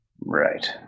Right